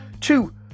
Two